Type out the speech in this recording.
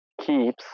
keeps